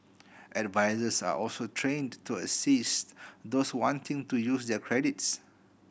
advisers are also trained to assist those wanting to use their credits